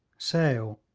sale,